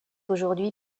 aujourd’hui